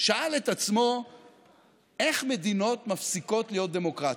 שאל את עצמו איך מדינות מפסיקות להיות דמוקרטיות,